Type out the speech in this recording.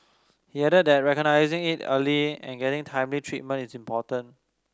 he added that recognising it early and getting timely treatment is important